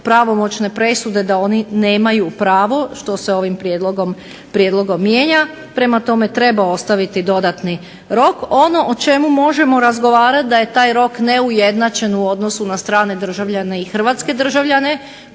pravomoćne presude da oni nemaju pravo što se ovim prijedlogom mijenja, prema tome treba ostaviti dodatni rok. Ono o čemu možemo razgovarati da je taj rok neujednačen u odnosu na strane državljane i strane državljane